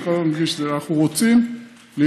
אני כל הזמן מדגיש שאנחנו רוצים ללמוד.